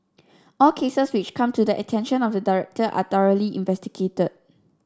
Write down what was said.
all cases which come to the attention of the director are thoroughly investigated